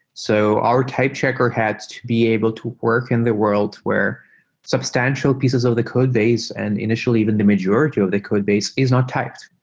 so our type checker had to be able to work in the world where substantial pieces of the codebase and initially even the majority of the codebase is not typed.